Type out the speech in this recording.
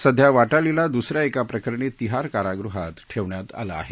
सद्ध्या वाटालीला दुस या एका प्रकरणी तिहार कारागृहात ठेवण्यात आलं आहे